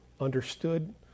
understood